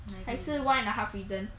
还是 one and a half reason